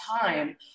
time